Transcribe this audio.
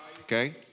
okay